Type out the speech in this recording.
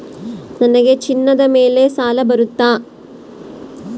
ನನಗೆ ಚಿನ್ನದ ಮೇಲೆ ಸಾಲ ಬರುತ್ತಾ?